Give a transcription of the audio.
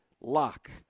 lock